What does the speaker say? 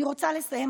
אני רוצה לסיים,